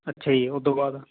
ਅੱਛਾ ਜੀ ਉਹ ਤੋਂ ਬਾਅਦ